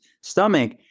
stomach